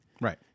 Right